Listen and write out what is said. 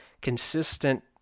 consistent